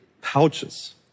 pouches